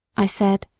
i said,